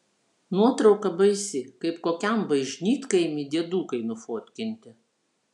nuotrauka baisi kaip kokiam bažnytkaimy diedukai nufotkinti